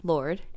Lord